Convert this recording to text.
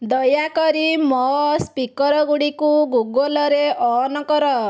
ଦୟାକରି ମୋ ସ୍ପିକରଗୁଡ଼ିକୁ ଗୁଗୁଲରେ ଅନ୍ କର